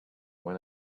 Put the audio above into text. when